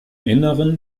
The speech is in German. inneren